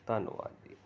ਧੰਨਵਾਦ ਜੀ